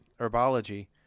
herbology